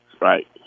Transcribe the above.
right